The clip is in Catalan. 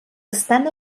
estan